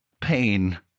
pain